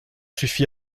suffit